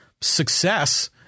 success